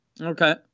Okay